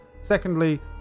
Secondly